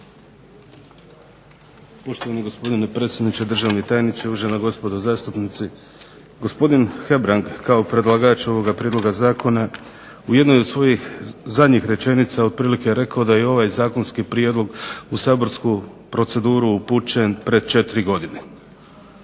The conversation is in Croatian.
Poštovani gospodine predsjedniče, državni tajniče, uvažena gospodo zastupnici. Gospodin Hebrang kao predlagač ovoga prijedloga zakona u jednoj od svojih zadnjih rečenica otprilike je rekao da je ovaj zakonski prijedlog u saborsku proceduru upućen pred 4 godine.